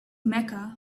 mecca